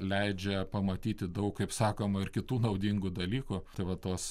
leidžia pamatyti daug kaip sakoma ir kitų naudingų dalykų tai va tos